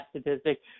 statistic